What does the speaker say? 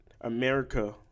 America